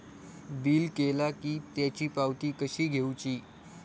Bill केला की त्याची पावती कशी घेऊची?